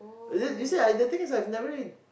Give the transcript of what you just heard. uh you you see ah the thing I have never really